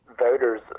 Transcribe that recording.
voters